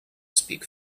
speak